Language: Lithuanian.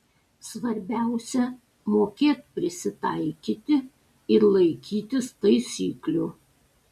svarbiausia mokėt prisitaikyti ir laikytis taisyklių